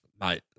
mate